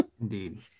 Indeed